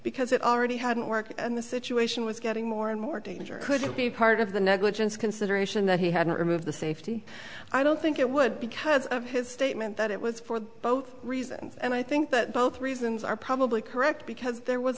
because it already hadn't worked and the situation was getting more and more dangerous could it be part of the negligence consideration that he had to remove the safety i don't think it would because of his statement that it was for both reasons and i think that both reasons are probably correct because there was